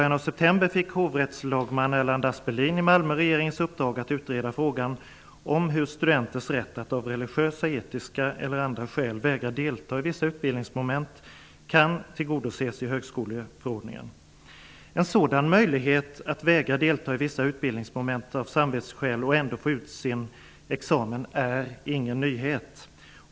Aspelin i Malmö regeringens uppdrag att utreda frågan hur studenternas rätt att av religiösa, etiska eller andra skäl vägra delta i vissa utbildningsmoment kan tillgodoses i högskoleförordningen. En sådan möjlighet att vägra delta i vissa utbildningsmoment av samvetsskäl och ändå få ut sin examen är ingen nyhet.